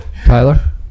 Tyler